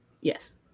Yes